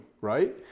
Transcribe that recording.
right